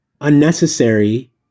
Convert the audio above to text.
unnecessary